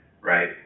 right